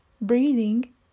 breathing